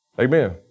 Amen